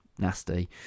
Nasty